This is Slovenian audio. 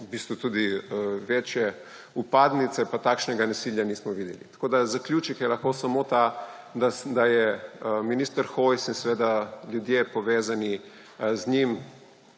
v bistvu tudi večje vpadnice, pa takšnega nasilja nismo videli. Tako da je lahko zaključek samo ta, da je minister Hojs, in seveda ljudje povezani z njim,